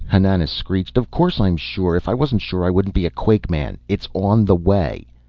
hananas screeched. of course i'm sure. if i wasn't sure i wouldn't be a quakeman. it's on the way.